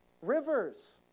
Rivers